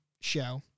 show